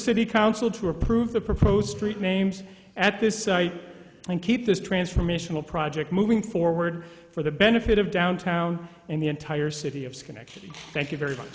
city council to approve the proposed treat maims at this site and keep this transformational project moving forward for the benefit of downtown and the entire city of schenectady thank you very much